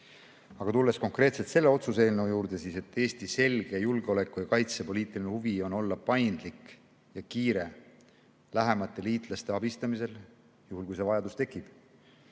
tulles konkreetselt selle otsuse eelnõu juurde, siis Eesti selge julgeoleku- ja kaitsepoliitiline huvi on olla paindlik ja kiire lähemate liitlaste abistamisel, juhul kui see vajadus tekib.